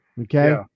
okay